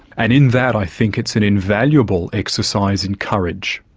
and in that i think it's an invaluable exercise in courage.